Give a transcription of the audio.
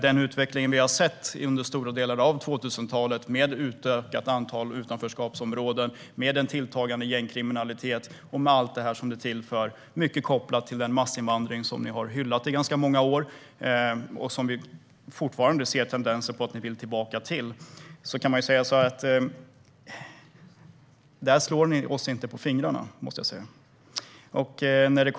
Den utveckling som vi har sett under stora delar av 2000-talet - med ett växande antal utanförskapsområden, tilltagande gängkriminalitet och allt vad detta innebär - är i hög grad kopplad till den massinvandring som ni har hyllat under ganska många år och som vi ser tendenser till att ni vill tillbaka till. Vad gäller denna utveckling måste jag säga att ni inte slår oss på fingrarna.